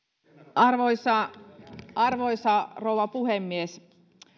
arvoisa arvoisa rouva puhemies